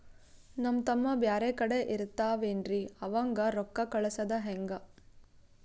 ನಮ್ ತಮ್ಮ ಬ್ಯಾರೆ ಕಡೆ ಇರತಾವೇನ್ರಿ ಅವಂಗ ರೋಕ್ಕ ಕಳಸದ ಹೆಂಗ?